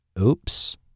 Oops